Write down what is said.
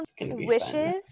wishes